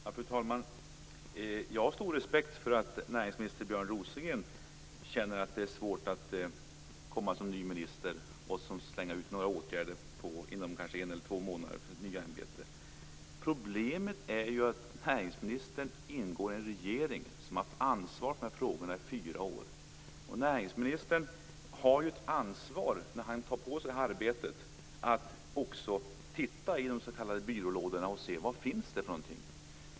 Fru talman! Jag har stor respekt för att näringsminister Björn Rosengren känner att det är svårt att komma som ny minister och slänga ut åtgärder efter kanske en eller två månader i sitt nya ämbete. Problemet är dock att näringsministern ingår i en regering som har haft ansvar för de här frågorna i fyra år. Näringsministern har ett ansvar, när han tar på sig det här arbetet, att också titta i de s.k. byrålådorna och se vad som finns där.